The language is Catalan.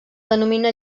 denomina